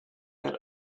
that